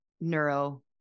Neuro